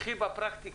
קחי בפרקטיקה,